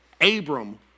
Abram